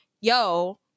yo